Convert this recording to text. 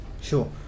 Sure